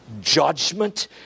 Judgment